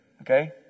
okay